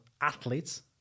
athletes